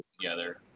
together